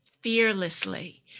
fearlessly